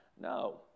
No